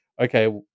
okay